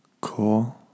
Cool